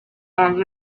and